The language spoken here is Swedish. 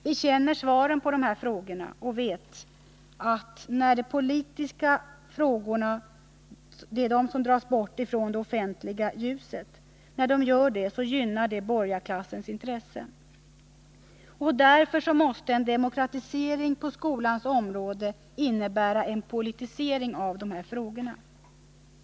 Vi känner svaren på dessa frågor och vet att när politiska frågor dras bort från det offentliga ljuset | så gynnar det borgarklassens intressen. Därför måste en demokratisering på skolans område innebära en politisering av dessa frågor.